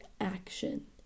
action